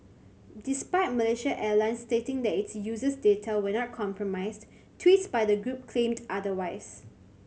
despite Malaysia Airlines stating that its users data was not compromised tweets by the group claimed otherwise